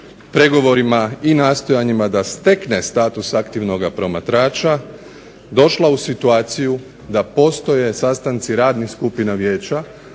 pregovorima i nastojanjima da stekne status aktivnoga promatrača došla u situaciju da postoje sastanci radnih skupina vijeća,